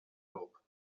kop